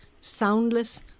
soundless